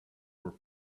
were